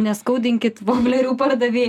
neskaudinkit voblerių pardavėjų